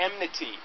enmity